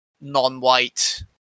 non-white